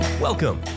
Welcome